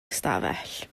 ystafell